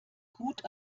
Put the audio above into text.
gut